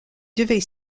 devait